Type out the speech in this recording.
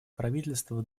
правительство